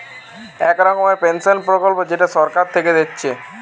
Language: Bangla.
এক রকমের পেনসন প্রকল্প যেইটা সরকার থিকে দিবে